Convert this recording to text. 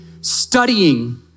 studying